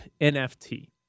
NFT